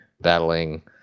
battling